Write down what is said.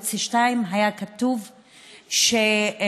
ערוץ 2 היה כתוב שקאיה,